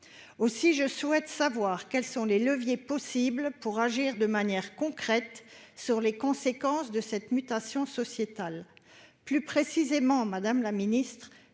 Aussi, je souhaite savoir quels sont les leviers possibles pour agir de manière concrète sur les conséquences de cette mutation sociétale. Plus précisément, madame la ministre